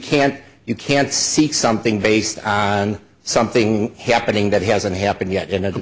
can't you can't seek something based on something happening that hasn't happened yet and